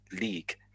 league